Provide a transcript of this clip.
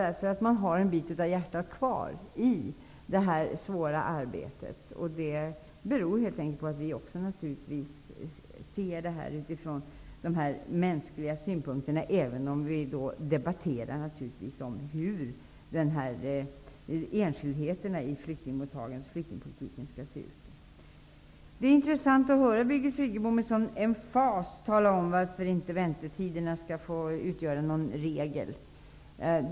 Man har en bit av hjärtat kvar i detta svåra arbete. Det beror naturligtvis bl.a. på att vi ser det också från de mänskliga utgångspunkterna, även om det som vi debatterar är hur enskildheterna i flyktingmottagandet och flyktingpolitiken skall se ut. Det är intressant att höra Birgit Friggebo med sådan emfas tala om varför väntetiderna inte skall få ligga till grund för någon regel.